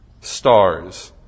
stars